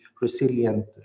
resilient